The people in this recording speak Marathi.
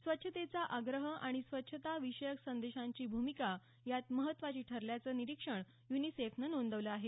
स्वच्छतेचा आग्रह आणि स्वच्छता विषयक संदेशांची भूमिका यात महत्वाची ठरल्याचं निरीक्षण युनिसेफनं नोंदवलं आहे